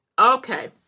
Okay